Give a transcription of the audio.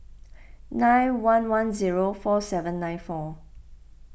nine one one zero four seven nine four